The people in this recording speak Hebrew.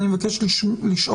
אני מבקש לשאול,